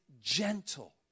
gentle